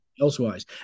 elsewise